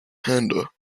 hander